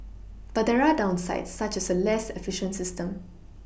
but there are downsides such as a less efficient system